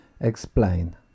Explain